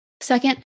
Second